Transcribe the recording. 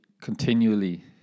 continually